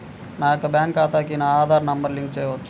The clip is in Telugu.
నా యొక్క బ్యాంక్ ఖాతాకి నా ఆధార్ నంబర్ లింక్ చేయవచ్చా?